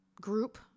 group